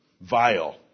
vile